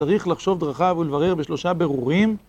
צריך לחשוב דרכיו ולברר בשלושה ברורים.